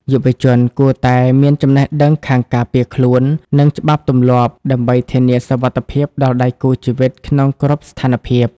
យុវជនគួរតែ "មានចំណេះដឹងខាងការពារខ្លួន និងច្បាប់ទម្លាប់" ដើម្បីធានាសុវត្ថិភាពដល់ដៃគូជីវិតក្នុងគ្រប់ស្ថានភាព។